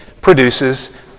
produces